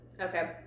okay